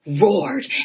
roared